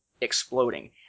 exploding